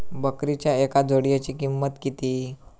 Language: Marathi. बकरीच्या एका जोडयेची किंमत किती?